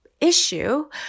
issue